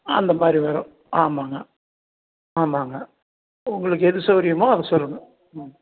அந்த மாதிரி வரும் ஆமாங்க ஆமாங்க உங்களுக்கு எது சௌகரியமோ அதை சொல்லுங்க ம்